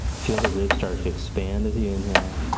feel the ribs start to expand as you inhale.